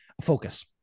focus